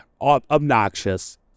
obnoxious